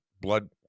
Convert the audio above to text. blood